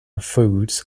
foods